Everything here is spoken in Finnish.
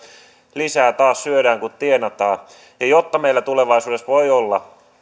lisää taas syödään enemmän kuin tienataan jotta meillä tulevaisuudessa voi olla